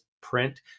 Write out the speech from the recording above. print